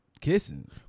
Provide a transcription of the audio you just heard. kissing